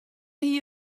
hie